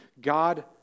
God